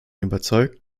überzeugt